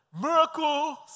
Miracles